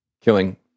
Killing